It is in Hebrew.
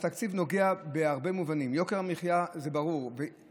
התקציב נוגע בהרבה מובנים: יוקר המחיה זה ברור,